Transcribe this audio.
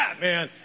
man